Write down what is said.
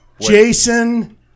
Jason